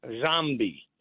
zombie